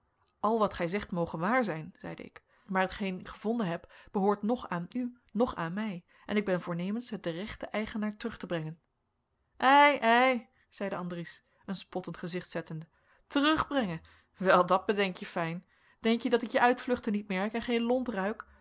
al wat gij zegt moge waar zijn zeide ik maar hetgeen ik gevonden heb behoort noch aan u noch aan mij en ik ben voornemens het den rechten eigenaar terug te brengen ei ei zeide andries een spottend gezicht zettende terugbrengen wel dat bedenk je fijn denk je dat ik je uitvluchten niet merk en geen lont